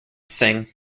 sing